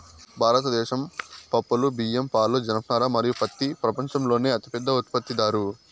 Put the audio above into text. భారతదేశం పప్పులు, బియ్యం, పాలు, జనపనార మరియు పత్తి ప్రపంచంలోనే అతిపెద్ద ఉత్పత్తిదారు